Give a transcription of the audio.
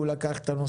מה שאני מבקש רינת,